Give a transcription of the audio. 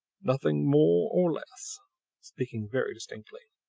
nothing more or less speaking very distinctly